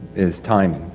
is time.